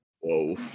Whoa